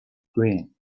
dream